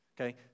Okay